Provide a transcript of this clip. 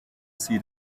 see